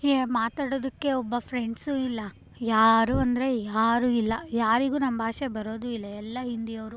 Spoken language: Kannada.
ಎ ಮಾತಾಡೋದಕ್ಕೆ ಒಬ್ಬ ಫ್ರೆಂಡ್ಸೂ ಇಲ್ಲ ಯಾರೂ ಅಂದರೆ ಯಾರೂ ಇಲ್ಲ ಯಾರಿಗೂ ನಮ್ಮ ಭಾಷೆ ಬರೋದೂ ಇಲ್ಲ ಎಲ್ಲ ಹಿಂದಿಯವ್ರು